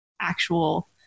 actual